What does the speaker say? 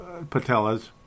patellas